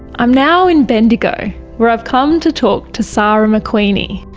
i'm now in bendigo where i've come to talk to sara mcqueenie.